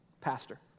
pastor